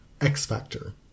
X-Factor